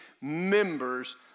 members